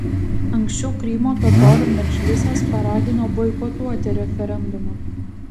anksčiau krymo totorių medžlisas paragino boikotuoti referendumą